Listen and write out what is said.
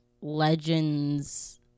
legends